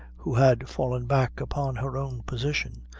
who had fallen back upon her own position,